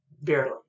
barely